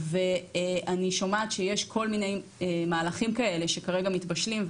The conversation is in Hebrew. ואני שומעת שיש כל מיני מהלכים כאלה שכרגע מתבשלים,